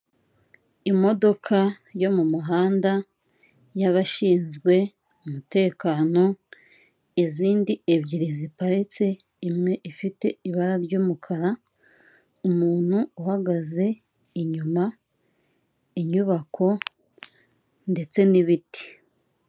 Abantu bari mu ihema bicaye bari mu nama, na none hari abandi bahagaze iruhande rw'ihema bari kumwe n'abashinzwe umutekano mo hagati hari umugabo uri kuvuga ijambo ufite mikoro mu ntoki.